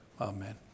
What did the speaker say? Amen